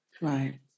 Right